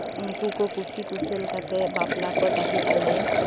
ᱩᱱᱠᱩ ᱠᱚ ᱠᱩᱥᱤ ᱠᱩᱥᱟᱹᱞ ᱠᱟᱛᱮᱜ ᱵᱟᱯᱞᱟ ᱠᱚ ᱛᱟᱦᱮᱸᱜ ᱟᱞᱮ